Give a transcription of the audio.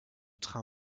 train